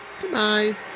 Goodbye